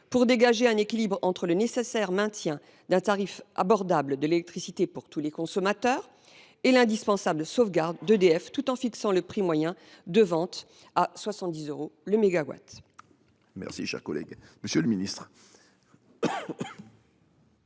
pour dégager un équilibre entre le nécessaire maintien d’un tarif abordable de l’électricité pour tous les consommateurs et l’indispensable sauvegarde d’EDF, tout en fixant le prix moyen de vente à 70 euros le mégawattheure ? La parole est à M. le ministre.